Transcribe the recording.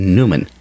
Newman